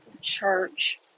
church